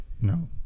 No